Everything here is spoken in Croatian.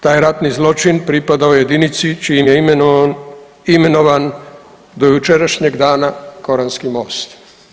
Taj ratni zločin pripadao je jedinici čijim je imenom imenovan do jučerašnjeg dana koranski most.